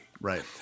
Right